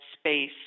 space